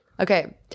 okay